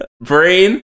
Brain